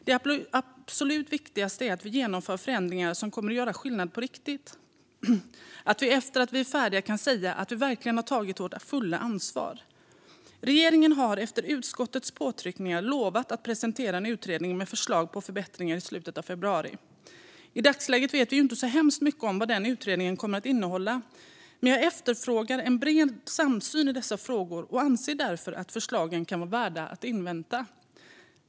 Det absolut viktigaste är att vi genomför förändringar som kommer att göra skillnad på riktigt, så att vi när vi är färdiga kan säga att vi verkligen har tagit vårt fulla ansvar. Regeringen har efter utskottets påtryckningar lovat att presentera en utredning med förslag på förbättringar i slutet av februari. I dagsläget vet vi inte så hemskt mycket om vad den utredningen kommer att innehålla, men jag efterfrågar en bred samsyn i dessa frågor och anser därför att förslagen kan vara värda att invänta.